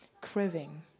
Craving